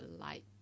light